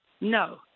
no